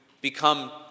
become